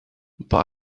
but